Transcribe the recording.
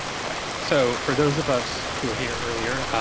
so, for those of us who were here earlier, i